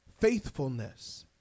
faithfulness